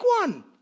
one